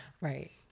Right